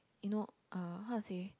you know uh how to say